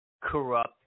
Corrupt